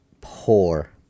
poor